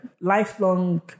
lifelong